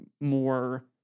more